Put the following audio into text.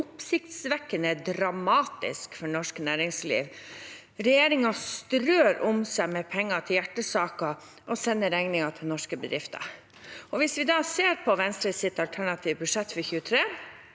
oppsiktsvekkende dramatisk for norsk næringsliv, og at regjeringen strør om seg med penger til hjertesaker og sender regningen til norske bedrifter. Hvis vi ser på Venstres alternative budsjett for 2023,